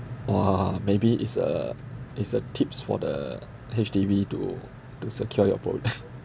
!wah! maybe is uh is uh tips for the H_D_B to to secure your bonus